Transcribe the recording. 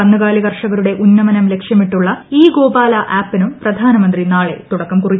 കന്നുകാലി കർഷകരുടെ ഉന്നമനം ലക്ഷ്യമിട്ടുള്ള ഇ ഗോപാല ആപ്പിനും പ്രധാനമന്ത്രി നാളെ തുടക്കം കുറിക്കും